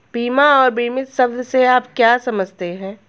बीमा और बीमित शब्द से आप क्या समझते हैं?